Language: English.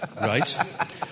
right